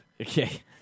Okay